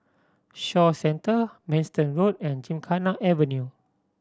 Shaw Centre Manston Road and Gymkhana Avenue